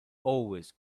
always